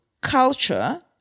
culture